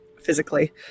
physically